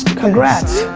congrats,